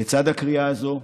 לצד הקריאה הזו,